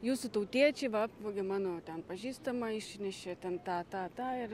jūsų tautiečiai va apvogė mano ten pažįstamą išnešė ten tą tą tą ir